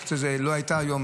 שמתעסקת בזה לא הייתה היום,